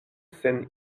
sen